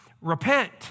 repent